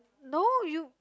no you